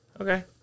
Okay